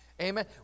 Amen